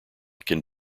can